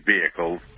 vehicles